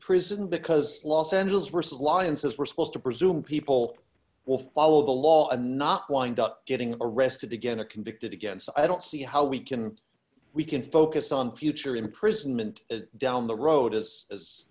prison because los d angeles versus la and says we're supposed to presume people will follow the law and not wind up getting arrested again a convicted again so i don't see how we can we can focus on future imprisonment down the road as as